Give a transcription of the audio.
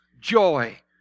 joy